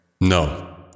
No